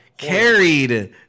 Carried